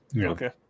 Okay